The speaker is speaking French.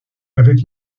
avec